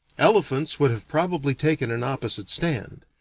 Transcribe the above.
elephants would have probably taken an opposite stand.